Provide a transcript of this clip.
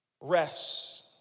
rest